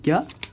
کیا